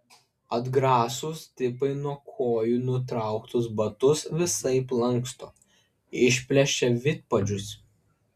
atgrasūs tipai nuo kojų nutrauktus batus visaip lanksto išplėšia vidpadžius